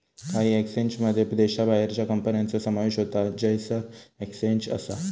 काही एक्सचेंजमध्ये देशाबाहेरच्या कंपन्यांचो समावेश होता जयसर एक्सचेंज असा